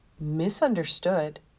misunderstood